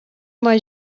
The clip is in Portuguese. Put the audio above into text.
uma